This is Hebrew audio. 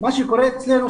מה שקורה אצלנו,